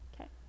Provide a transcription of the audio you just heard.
Okay